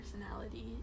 personality